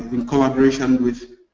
in collaboration with